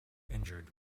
injured